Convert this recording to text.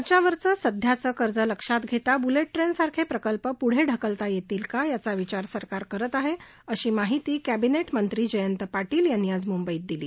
राज्यावरचं सध्याचं कर्ज लक्षात घेता ब्लेट ट्रेनसारखे प्रकल्प प्ढे ढकलता येतील का याचा विचार सरकार करत आहे अशी माहिती कॅबिनेट मंत्री जयंत पाटील यांनी आज मंबईत दिली